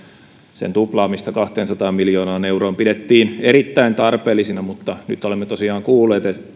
rahoituksen tuplaamista kahteensataan miljoonaan euroon pidettiin erittäin tarpeellisina mutta nyt olemme tosiaan kuulleet